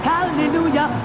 Hallelujah